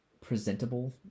presentable